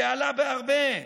זה עלה בהרבה,